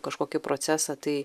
kažkokį procesą tai